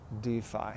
DeFi